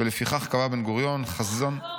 ולפיכך קבע בן-גוריון: 'חזון --"